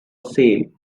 sale